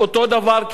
אותו דבר,